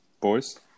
boys